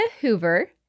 Hoover